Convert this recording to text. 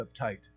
uptight